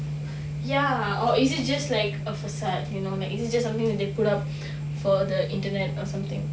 ya or is it just like a facade you know like is it just something that they put up for the internet or something